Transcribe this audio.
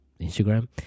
instagram